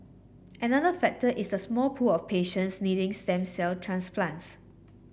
another factor is the small pool of patients needing stem cell transplants